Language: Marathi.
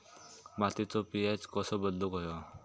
मातीचो पी.एच कसो बदलुक होयो?